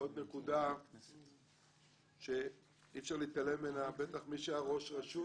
נקודה שאי אפשר להתעלם ממנה, בטח מי שהיה ראש רשות